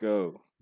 go